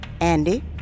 Andy